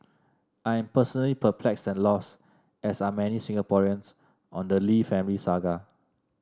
I am personally perplexed and lost as are many Singaporeans on the Lee family saga